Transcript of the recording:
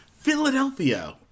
Philadelphia